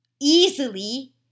easily